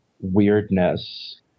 weirdness